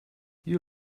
you